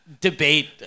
debate